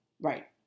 Right